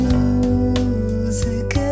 Music